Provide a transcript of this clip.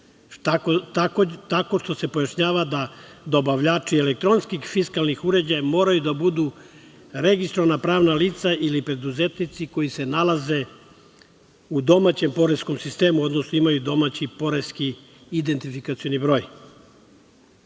tako što se pojašnjava da dobavljači elektronskih fisklanih uređaja moraju da budu registrovana pravna lica, ili preduzetnici koji se nalaze u domaćem poreskom sistemu, odnosno imaju domaći poreski identifikacioni